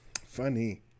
Funny